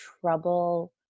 trouble